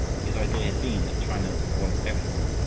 his idea had been that china was everything,